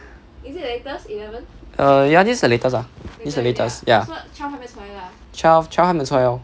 err ya this is the latest ah this is the latest ya twelve twelve 还没有出来 lor